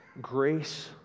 grace